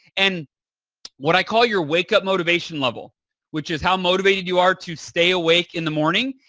and what i call your wake-up motivation level which is how motivated you are to stay awake in the morning,